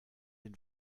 den